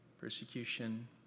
Persecution